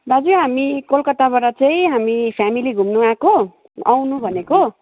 दाजु हामी कलकत्ताबाट चाहिँ हामी फेमिली घुम्नु आएको आउनु भनेको